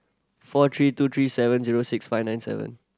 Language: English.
four three two three seven zero six five nine seven